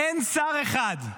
אין שר אחד,